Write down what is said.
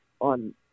on